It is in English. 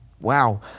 Wow